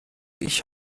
ich